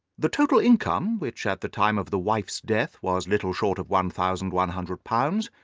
the total income, which at the time of the wife's death was little short of one thousand one hundred pounds,